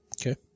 Okay